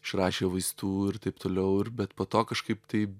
išrašė vaistų ir taip toliau ir bet po to kažkaip tai